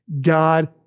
God